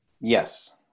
Yes